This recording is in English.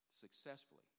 successfully